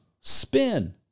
Spin